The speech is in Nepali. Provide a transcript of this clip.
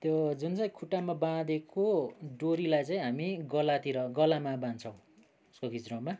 त्यो जुन चाहिँ खुट्टामा बाँधेको डोरीलाई चाहिँ हामी गलातिर गलामा बाँध्छौँ उसको घिच्रोमा